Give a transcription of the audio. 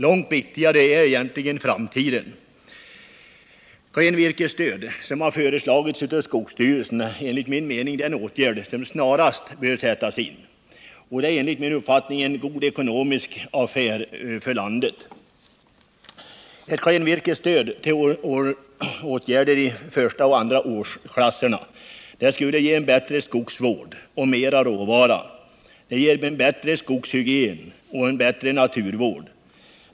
Långt viktigare är egentligen framtiden. Klenvirkesstöd, som har föreslagits av skogsstyrelsen, är enligt min mening den stimulansåtgärd som snarast bör sättas in, och det är en god ekonomisk affär för landet. Ett klenvirkesstöd för åtgärder i första och andra årsklasserna skulle ge en bättre skogsvård och mera råvara. Det ger en bättre skogshygien och en bättre naturvård.